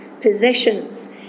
possessions